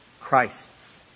Christ's